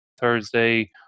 thursday